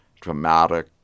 dramatic